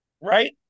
Right